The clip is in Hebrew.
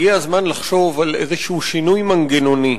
הגיע הזמן לחשוב על איזה שינוי מנגנוני.